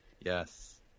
yes